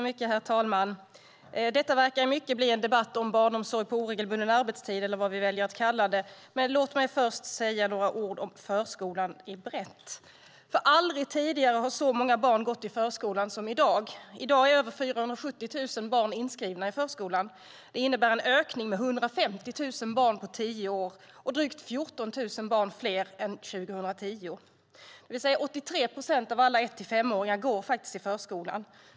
Herr talman! Detta verkar bli en debatt om barnomsorg på oregelbunden arbetstid, eller vad vi väljer att kalla det. Låt mig först säga några ord om förskolan i stort. Aldrig tidigare har så många barn gått i förskolan som i dag. I dag är över 470 000 barn inskrivna i förskolan. Det innebär en ökning med 150 000 barn på tio år och drygt 14 000 barn fler än 2010, det vill säga att 83 procent av alla 1-5-åringar går i förskolan.